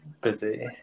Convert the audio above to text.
busy